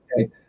okay